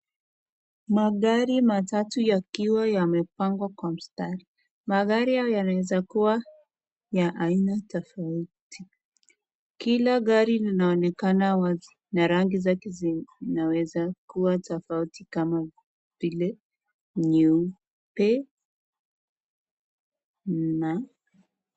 Magari matatu yakiwa yamepangwa kwa mstari. Magari hao yanaweza kuwa ya aina tofauti kila gari linaonekana wazi na rangi zake zinaweza kuwa tofauti kama vile nyeupe na.